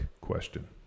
question